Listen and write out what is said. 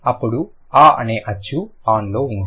అప్పుడు ఆ అనే అచ్చు ఆన్ లో ఉంది